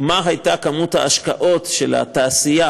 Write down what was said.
מה הייתה ההשקעה של התעשייה,